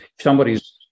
somebody's